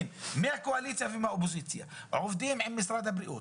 הערבים מהקואליציה ומהאופוזיציה עובדים עם משרד הבריאות,